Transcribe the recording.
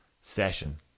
session